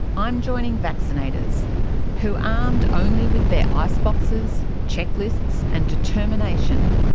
i'm joining vaccinators who, armed only with their ice boxes, checklists and determination,